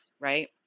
right